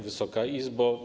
Wysoka Izbo!